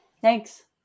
Thanks